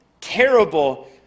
terrible